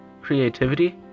creativity